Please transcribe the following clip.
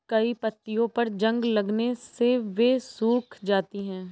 कई पत्तियों पर जंग लगने से वे सूख जाती हैं